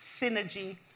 synergy